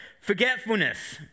Forgetfulness